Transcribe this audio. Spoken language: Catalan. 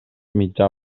mitjà